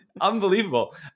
unbelievable